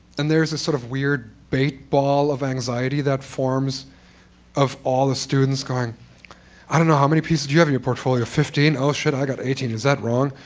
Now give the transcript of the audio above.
and there is a sort of weird bait ball of anxiety that forms of all the students going i don't know, how many pieces do you have in your portfolio? fifteen? oh, shit, i've got eighteen. is that wrong?